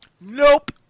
Nope